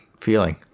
feeling